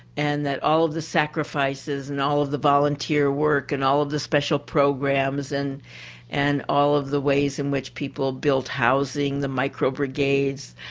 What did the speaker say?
and that all of the sacrifices and all of the volunteer work and all of the special programs and and all of the ways in which people built housing, the micro brigades,